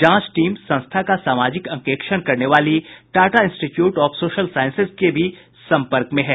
जांच टीम संस्था का सामाजिक अंकेक्षण करने वाली Tata Institute of Social Sciences के भी संपर्क में है